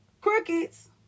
crickets